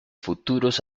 futuros